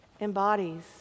embodies